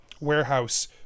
warehouse